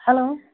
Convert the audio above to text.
hello